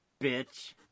Bitch